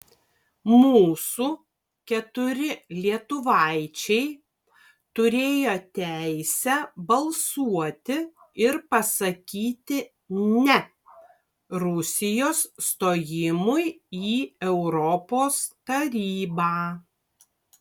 mūsų keturi lietuvaičiai turėjo teisę balsuoti ir pasakyti ne rusijos stojimui į europos tarybą